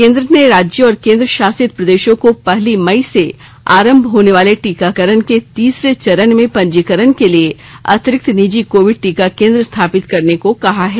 केन्द्र ने राज्यों और केन्द्र शासित प्रदेशों को पहली मई से आरंभ होने वाले टीकाकरण के तीसरें चरण में पंजीकरण के लिए अतिरिक्त निजी कोविड टीका केन्द्र स्थापित करने को कहा है